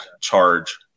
charge